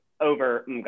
over